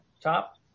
top